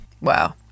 Wow